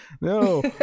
no